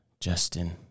Justin